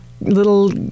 little